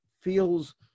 feels